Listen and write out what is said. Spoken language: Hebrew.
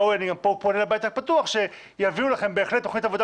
אני פונה לבית הפתוח שיביאו לכם בהחלט תוכנית עבודה